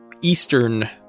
Eastern